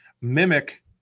mimic